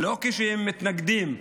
ולא שהם מתנגדים להסכמה,